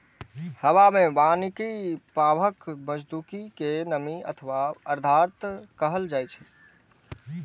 हवा मे पानिक भापक मौजूदगी कें नमी अथवा आर्द्रता कहल जाइ छै